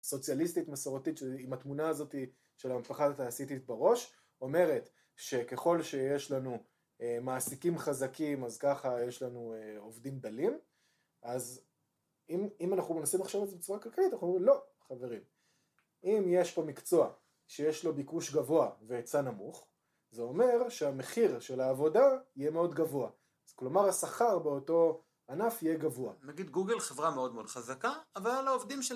סוציאליסטית מסורתית, עם התמונה הזאת של המפחדת היאסיתית בראש אומרת שככל שיש לנו מעסיקים חזקים, אז ככה יש לנו עובדים דלים אז אם אנחנו מנסים עכשיו את זה בצורה כלכלית, אנחנו אומרים לא חברים אם יש פה מקצוע שיש לו ביקוש גבוה והיצע נמוך זה אומר שהמחיר של העבודה יהיה מאוד גבוה כלומר השכר באותו ענף יהיה גבוה נגיד גוגל חברה מאוד מאוד חזקה, אבל העובדים שלהם